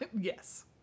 Yes